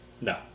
No